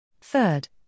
Third